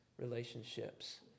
relationships